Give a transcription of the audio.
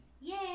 Yay